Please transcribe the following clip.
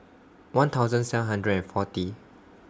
one thousand seven hundred and forty